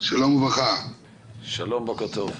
בוקר טוב.